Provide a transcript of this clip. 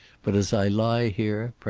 but as i lie here,